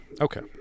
Okay